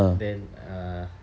then err